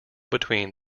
between